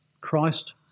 Christ